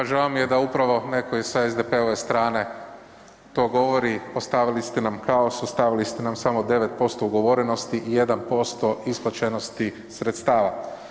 Pa žao mi je da upravo netko sa SDP-ove strane to govori, ostavili ste nam kaos, ostavili ste nam samo 9% ugovorenosti i 1% isplaćenosti sredstava.